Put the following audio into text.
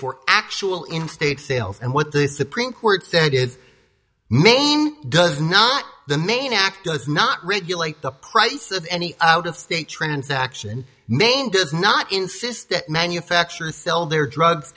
for actual in state sales and what the supreme court said is maine does not the main act does not regulate the price of any out of state transaction maine does not insist that manufacturers sell their drugs